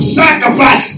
sacrifice